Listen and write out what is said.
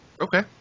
Okay